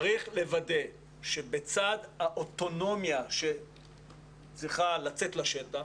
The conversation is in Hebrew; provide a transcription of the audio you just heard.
צריך לוודא שבצד האוטונומיה שצריכה לצאת לשטח,